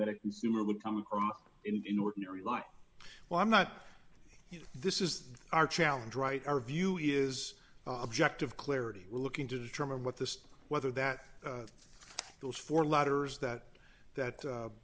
that a consumer would come in ordinary like well i'm not you know this is our challenge right our view is objective clarity we're looking to determine what the whether that those four letters that that